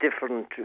different